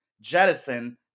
jettison